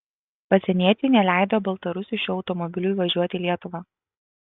pasieniečiai neleido baltarusiui šiuo automobiliu įvažiuoti į lietuvą